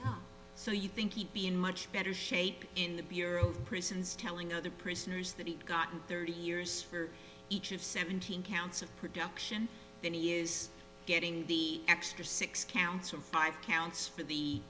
so you think he'd be in much better shape in the bureau of prisons telling other prisoners that he'd gotten thirty years for each of seventeen counts of production that he is getting the extra six counts of five counts for the